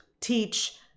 teach